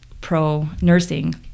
pro-nursing